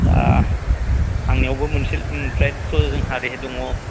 आंनियावबो मोनसे साइड जोंहा ओरैहाय दङ